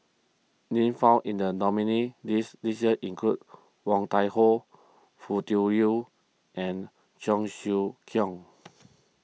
names found in the nominees' list this year include Woon Tai Ho Foo Tui Liew and Cheong Siew Keong